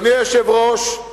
אדוני היושב-ראש,